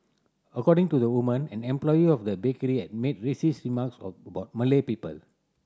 according to the woman an employee of the bakery had made racist remarks a about Malay people